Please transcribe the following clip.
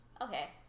Okay